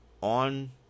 on